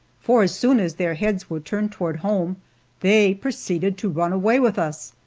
for as soon as their heads were turned toward home they proceeded to run away with us.